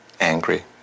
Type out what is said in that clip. angry